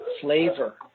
flavor